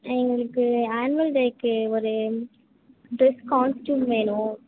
எங்களுக்கு ஆன்வல் டேக்கு ஒரு டிரெஸ் காஸ்டியூம் வேணும்